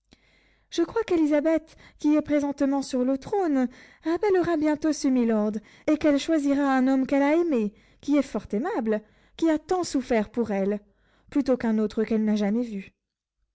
je crois qu'élisabeth qui est présentement sur le trône rappellera bientôt ce milord et qu'elle choisira un homme qu'elle a aimé qui est fort aimable qui a tant souffert pour elle plutôt qu'un autre qu'elle n'a jamais vu